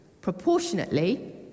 proportionately